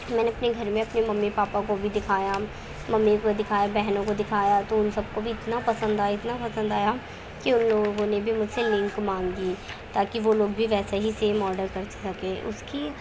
میں نے اپنے گھر میں اپنے ممی پاپا کو بھی دکھایا ممی کو دکھایا بہنوں کو دکھایا تو ان سب کو بھی اتنا پسند اتنا پسند آیا کہ ان لوگوں نے بھی مجھ سے لنک مانگی تاکہ وہ لوگ بھی ویسا ہی سیم آڈر کر سکیں اس کی